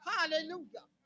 Hallelujah